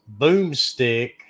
Boomstick